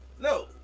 No